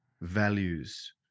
values